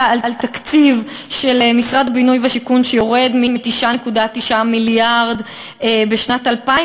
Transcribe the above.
על תקציב של משרד הבינוי והשיכון שיורד מ-9.9 מיליארד בשנת 2000,